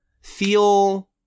feel